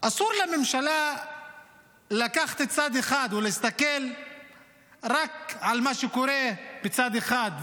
אסור לממשלה לקחת צד אחד או להסתכל רק על מה שקורה בצד אחד,